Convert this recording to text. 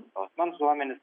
savo asmens duomenis